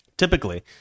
Typically